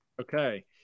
Okay